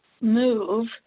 move